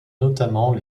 notamment